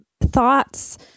thoughts